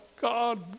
God